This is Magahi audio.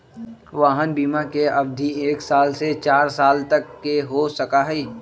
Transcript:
वाहन बिमा के अवधि एक साल से चार साल तक के हो सका हई